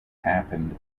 happened